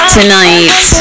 Tonight